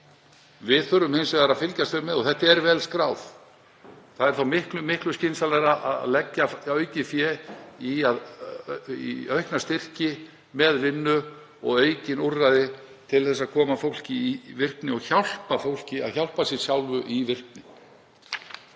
Við þurfum hins vegar að fylgjast vel með og þetta er vel skráð. Það er miklu skynsamlegra að leggja aukið fé í aukna styrki með vinnu og aukin úrræði til að koma fólki í virkni og hjálpa fólki að hjálpa sér sjálfu í virkni.